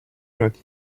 not